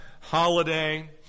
holiday